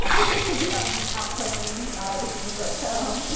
like they should be um out playing, not auditioning for a show.